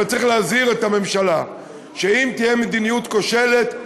אבל צריך להזהיר את הממשלה שאם תהיה מדיניות כושלת,